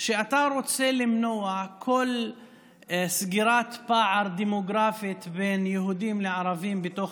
הוא שאתה רוצה למנוע כל סגירת פער דמוגרפי בין יהודים לערבים בתוך